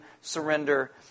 surrender